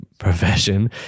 profession